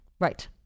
right